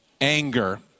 anger